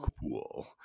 Cool